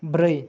ब्रै